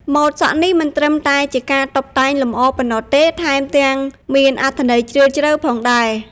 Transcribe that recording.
ម៉ូដសក់នេះមិនត្រឹមតែជាការតុបតែងលម្អប៉ុណ្ណោះទេ ថែមទាំងមានអត្ថន័យជ្រាលជ្រៅផងដែរ។